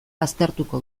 aztertuko